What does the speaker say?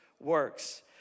works